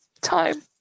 time